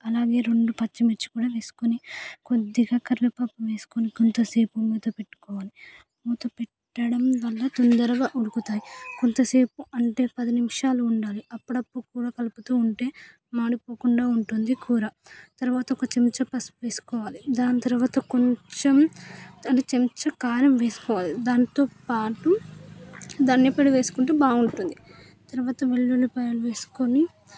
అలాగే రెండు పచ్చిమిర్చి కూడా వేసుకుని కొద్దిగా కరివేపాకు వేసుకొని కొంతసేపు మూత పెట్టుకోవాలి మూత పెట్టడం వల్ల తొందరగా ఉడుకుతాయి కొంత సేపు అంటే పది నిమిషాలు ఉండాలి అప్పుడప్పుడు కూడా కలుపుతు ఉంటే మాడిపోకుండా ఉంటుంది కూర తర్వాత ఒక చెంచా పసుపు వేసుకోవాలి దాని తర్వాత కొంచెం అర చెంచా కారం వేసుకోవాలి దాంతోపాటు ధనియాల పొడి వేసుకుంటే బాగుంటుంది తర్వాత వెల్లులిపాయలు వేసుకొని